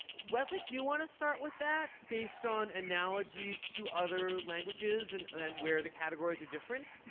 wesley, do you want to start with that based on analogies to other languages and and and where the categories are different?